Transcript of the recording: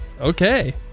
okay